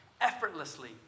effortlessly